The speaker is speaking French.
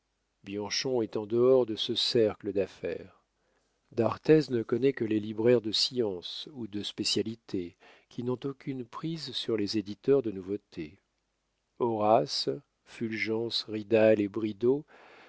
bianchon est en dehors de ce cercle d'affaires d'arthez ne connaît que les libraires de science ou de spécialités qui n'ont aucune prise sur les éditeurs de nouveautés horace fulgence ridal et bridau